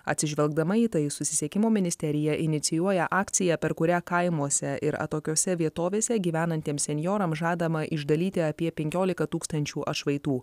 atsižvelgdama į tai susisiekimo ministerija inicijuoja akciją per kurią kaimuose ir atokiose vietovėse gyvenantiems senjorams žadama išdalyti apie penkiolika tūkstančių atšvaitų